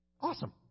Awesome